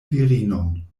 virinon